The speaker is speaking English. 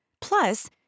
Plus